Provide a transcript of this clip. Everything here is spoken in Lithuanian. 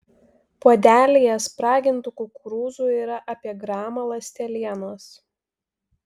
puodelyje spragintų kukurūzų yra apie gramą ląstelienos